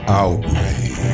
outrage